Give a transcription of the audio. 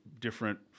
different